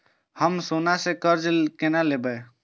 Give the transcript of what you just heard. हम सोना से कर्जा केना लैब?